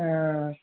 অঁ